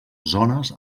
zones